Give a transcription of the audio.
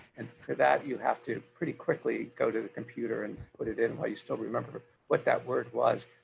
and for that, you have to pretty quickly go to the computer and put it in while you still remember what that word was,